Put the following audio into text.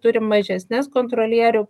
turim mažesnes kontrolierių